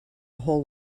whole